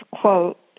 quote